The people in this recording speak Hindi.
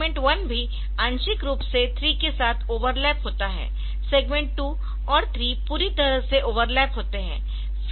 सेगमेंट 1 भी आंशिक रूप से 3 के साथ ओवरलैप होता है सेगमेंट 2 और 3 पूरी तरह से ओवरलैप होते है